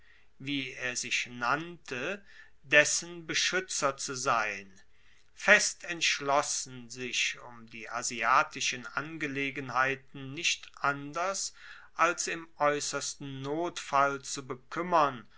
wie er sich nannte dessen beschuetzer zu sein fest entschlossen sich um die asiatischen angelegenheiten nicht anders als im aeussersten notfall zu bekuemmern